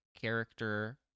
character